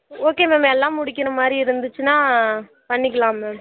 okay ma'am எல்லாம் முடிகினமாதிரி இருந்துச்சின்னா பண்ணிக்கலாம் மேம்